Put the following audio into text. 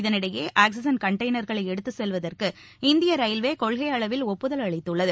இதனிஎடபே oxygen கண்டெய்னர்களை எடுத்து செல்வதற்கு இந்திய ரயில்வே கொள்கை அளவில் ஒப்புதல் அளித்துள்ளது